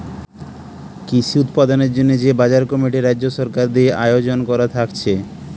কৃষি উৎপাদনের জন্যে যে বাজার কমিটি রাজ্য সরকার দিয়ে আয়জন কোরা থাকছে